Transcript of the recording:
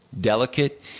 delicate